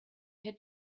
had